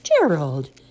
Gerald